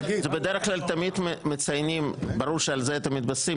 בדרך כלל תמיד מציינים ברור שעל זה אתם מתבססים,